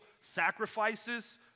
sacrifices